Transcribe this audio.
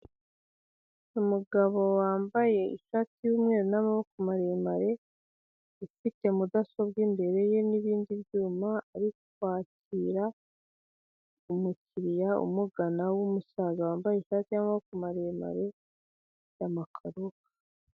Umugabo wambaye ishati y'umweru n'amaboko maremare ufite mudasobwa imbere ye n'ibindi byuma ari kwakira umukiriya umugana w'umusaza wambaye ishati y'amaboko maremare ya makaro.